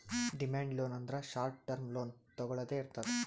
demand loan ಅಂದ್ರ short term loan ತೊಗೊಳ್ದೆ ಇರ್ತದ್